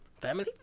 family